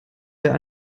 wer